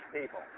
people